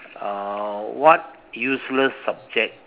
uh what useless subject